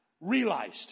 realized